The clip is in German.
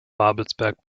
babelsberg